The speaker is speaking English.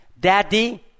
Daddy